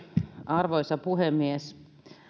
arvoisa puhemies